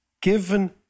given